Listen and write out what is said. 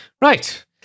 Right